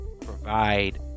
provide